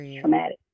traumatic